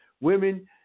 Women